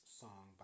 song